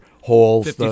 holes